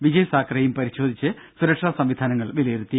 വിജയ് സാക്കറെയും പരിശോധിച്ച് സുരക്ഷാ സംവിധാനങ്ങൾ വിലയിരുത്തി